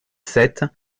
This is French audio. sept